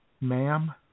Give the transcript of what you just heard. ma'am